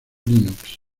linux